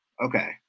Okay